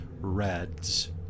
reds